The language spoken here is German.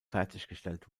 fertiggestellt